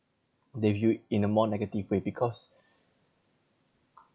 they view it in a more negative way because